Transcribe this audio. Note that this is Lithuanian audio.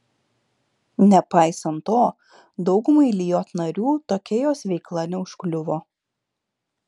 nepaisant to daugumai lijot narių tokia jos veikla neužkliuvo